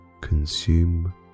consume